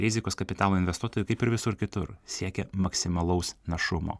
rizikos kapitalo investuotojai kaip ir visur kitur siekia maksimalaus našumo